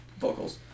vocals